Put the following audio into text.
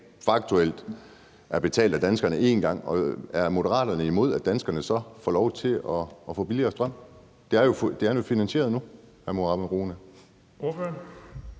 faktuelt er betalt af danskerne en gang. Er Moderaterne imod, at danskerne så får lov til at få billigere strøm? Det er jo finansieret nu, hr. Mohammad Rona.